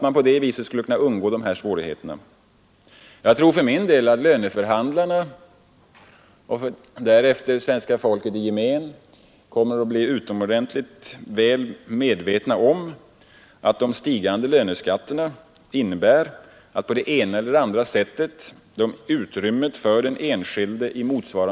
I det utskottsbetänkande som vi har framför oss finns inte någon egentlig principdiskussion om hur den framtida sysselsättningen skall skapas och hur avvägningen mellan den privata och offentliga sektorn skall utformas.